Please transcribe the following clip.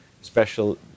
special